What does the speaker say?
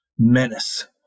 Menace